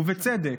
ובצדק,